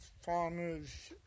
farmers